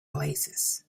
oasis